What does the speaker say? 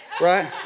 right